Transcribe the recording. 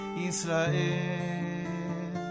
israel